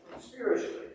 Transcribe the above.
spiritually